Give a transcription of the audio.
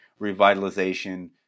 revitalization